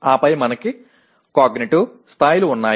ఆపై మనకు కాగ్నిటివ్ స్థాయిలు ఉన్నాయి